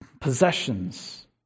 possessions